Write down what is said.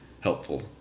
helpful